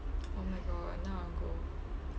oh my god now I want go